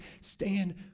Stand